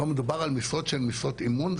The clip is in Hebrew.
פה מדובר על משרות הן משרות אמון.